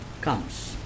comes